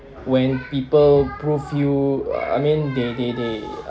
when people prove you uh I mean they they they